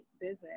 business